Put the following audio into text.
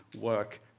work